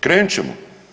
Krenut ćemo.